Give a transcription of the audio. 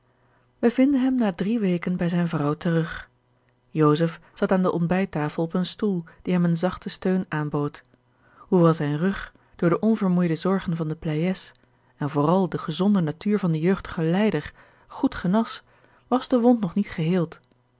wij vinden hem na drie weken bij zijne vrouw terug joseph zat aan de ontbijttafel op een stoel die hem een zachten steun aanbood hoewel zijn rug door de onvermoeide zorgen van de pleyes en vooral de gezonde natuur van den jeugdigen lijder goed genas was de wond nog niet geheeld